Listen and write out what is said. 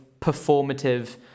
performative